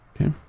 Okay